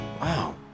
Wow